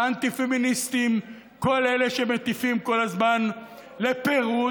האנטי-פמיניסטים, כל אלה שמטיפים כל הזמן לפירוד,